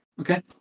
Okay